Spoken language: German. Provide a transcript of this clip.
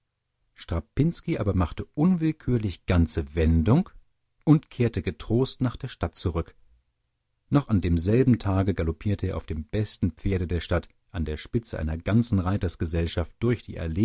strapinski aber machte unwillkürlich ganze wendung und kehrte getrost nach der stadt zurück noch an demselben tage galoppierte er auf dem besten pferde der stadt an der spitze einer ganzen reitergesellschaft durch die